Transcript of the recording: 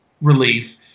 relief